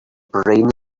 brains